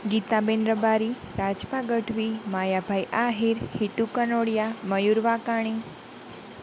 Gita ben Rabari Rajbha Gadhvi Mayabhai Ahir Hitu Kanodia Mayur Vankani